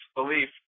belief